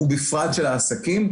ובפרט של העסקים,